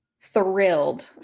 thrilled